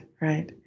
right